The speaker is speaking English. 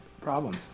problems